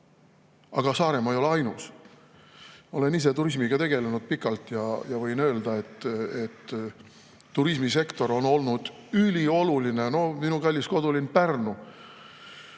Aga Saaremaa ei ole ainus. Olen ise turismiga tegelenud pikalt ja võin öelda, et turismisektor on olnud ülioluline. Minu kallis kodulinn Pärnu